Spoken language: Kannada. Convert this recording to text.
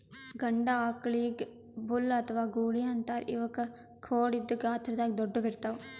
ಗಂಡ ಆಕಳಿಗ್ ಬುಲ್ ಅಥವಾ ಗೂಳಿ ಅಂತಾರ್ ಇವಕ್ಕ್ ಖೋಡ್ ಇದ್ದ್ ಗಾತ್ರದಾಗ್ ದೊಡ್ಡುವ್ ಇರ್ತವ್